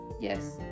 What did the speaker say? Yes